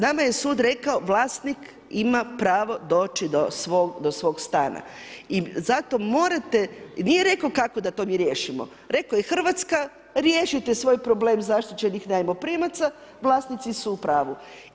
Nama je sud rekao vlasnik ima pravo doći do svog stana i nije rekao kako da to mi riješimo, rekao je Hrvatska, riješite svoj problem zaštićenih najmoprimaca, vlasnici su u pravu.